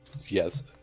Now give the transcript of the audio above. Yes